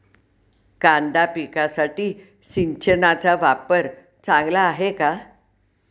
कांदा पिकासाठी सिंचनाचा वापर चांगला आहे का?